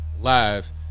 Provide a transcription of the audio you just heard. Live